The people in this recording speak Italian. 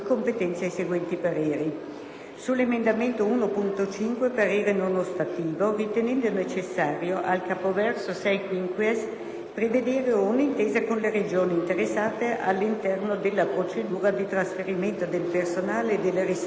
sull'emendamento 1.5 parere non ostativo, ritenendo necessario, al capoverso 6-*quinquies*, prevedere un'intesa con le Regioni interessate all'interno della procedura di trasferimento del personale e delle risorse patrimoniali e finanziarie